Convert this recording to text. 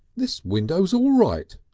this window's all right,